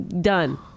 Done